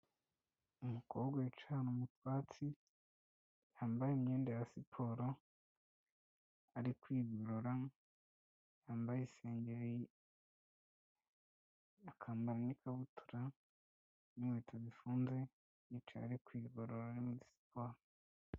Umukobwa wicaye ahantu mu twatsi wambaye imyenda ya siporo ari kwigorora, wambaye isengeri akambara n'ikabutura n'inkweto zifunze yicaye ari kwigorora ari muri siporo.